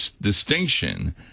distinction